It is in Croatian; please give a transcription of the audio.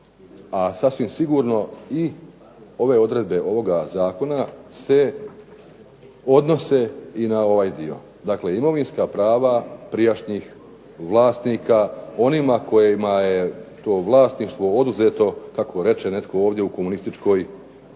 a sasvim sigurno i ove odredbe ovoga zakona se odnose i na ovaj dio. Dakle, imovinska prava prijašnjih vlasnika, onima kojima je to vlasništvo oduzeto kako reče netko ovdje u komunističkoj